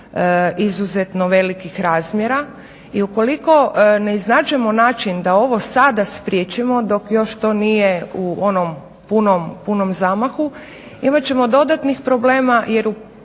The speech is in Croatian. izuzetno velikih razmjera. I ukoliko ne iznađemo način da ovo sada spriječimo dok još to nije u onom punom zamahu imat ćemo dodatnih problema jer u